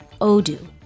Odoo